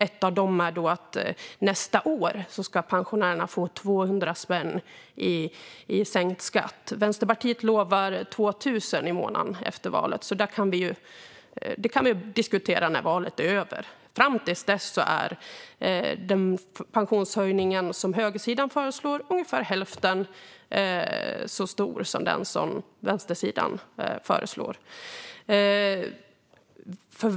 Ett av dem är att pensionärerna nästa år ska få 200 spänn i sänkt skatt. Vänsterpartiet lovar 2 000 i månaden efter valet. Låt oss diskutera det efter valet. Fram till dess är högersidans pensionshöjning ungefär hälften så stor som vänstersidans.